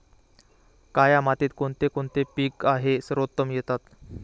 काया मातीत कोणते कोणते पीक आहे सर्वोत्तम येतात?